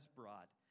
brought